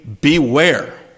beware